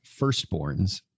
firstborns